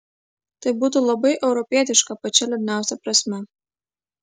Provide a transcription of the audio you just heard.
tai būtų labai europietiška pačia liūdniausia prasme